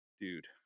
Dude